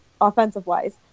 offensive-wise